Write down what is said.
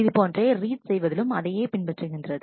இது போன்றே ரீட் செய்வதிலும் அதையே பின்பற்றுகிறது